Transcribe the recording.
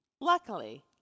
Luckily